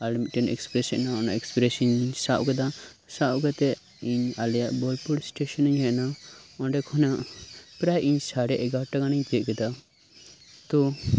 ᱢᱤᱫ train express ᱦᱮᱡ ᱮᱱᱟ ᱚᱱᱟ ᱮᱠᱥᱯᱨᱮᱥ ᱤᱧ ᱥᱟᱵ ᱠᱮᱫᱟ ᱥᱟᱵ ᱠᱟᱛᱮ ᱤᱧ ᱟᱞᱮᱭᱟᱜ ᱵᱳᱞᱯᱩᱨ ᱥᱴᱮᱥᱚᱱᱤᱧ ᱦᱮᱡ ᱮᱱᱟ ᱚᱸᱰᱮ ᱠᱷᱚᱱᱟᱜ ᱯᱨᱟᱭ ᱤᱧ ᱥᱟᱲᱮ ᱮᱜᱟᱨᱚᱴᱟᱧ ᱛᱤᱭᱟᱹᱜ ᱠᱮᱫᱟ ᱛᱚ